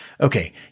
okay